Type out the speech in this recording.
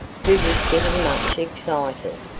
who was getting much excited,